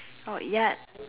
oh ya